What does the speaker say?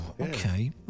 okay